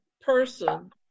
person